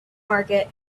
market